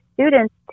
students